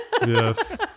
Yes